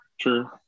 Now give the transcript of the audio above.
True